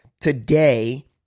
today